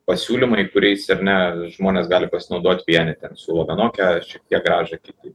pasiūlymai kuriais ar ne žmonės gali pasinaudot vieni ten siūlo vienokią šiek tiek grąžą kiti